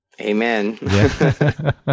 Amen